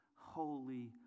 holy